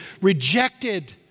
rejected